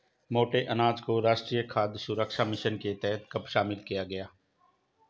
मोटे अनाज को राष्ट्रीय खाद्य सुरक्षा मिशन के तहत कब शामिल किया गया?